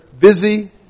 busy